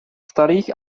starých